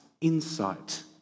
insight